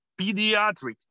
pediatric